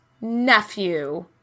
nephew